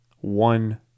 one